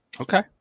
Okay